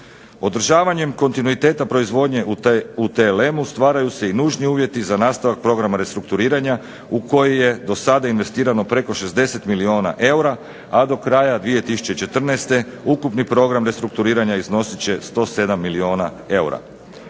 Održavanjem kontinuiteta proizvodnje u TLM-u stvaraju se i nužni uvjeti za nastavak programa restrukturiranja u koji je do sada investirano preko 60 milijuna eura, a do kraja 2014. ukupni program restrukturiranja iznosit će 107 milijuna eura.